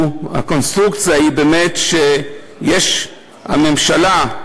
הקונסטרוקציה, הוא שהממשלה,